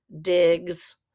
digs